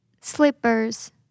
Slippers